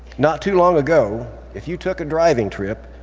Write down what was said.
not too long ago, if you took a driving trip,